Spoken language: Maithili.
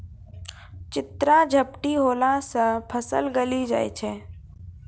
चित्रा झपटी होला से फसल गली जाय छै?